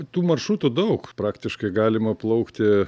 tų maršrutų daug praktiškai galima plaukti